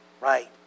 right